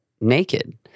naked